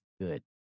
good